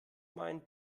mein